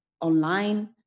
online